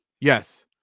Yes